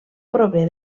prové